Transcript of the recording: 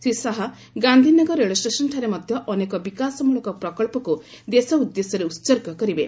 ଶ୍ରୀ ଶାହା ଗାନ୍ଧିନଗର ରେଳଷ୍ଟେସନ୍ଠାରେ ମଧ୍ୟ ଅନେକ ବିକାଶମଳକ ପ୍ରକ୍ସକ୍ ଦେଶ ଉଦ୍ଦେଶ୍ୟରେ ଉତ୍ସର୍ଗ କରିବେ